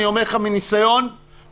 אני אומר לך מהניסיון שלי,